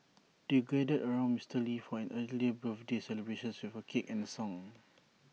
they gathered around Mister lee for an early birthday celebrations with A cake and A song